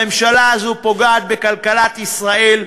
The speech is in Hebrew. הממשלה הזאת פוגעת בכלכלת ישראל,